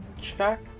check